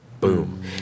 Boom